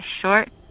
short